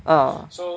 ah